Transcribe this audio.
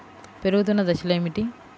పెరుగుతున్న దశలు ఏమిటి?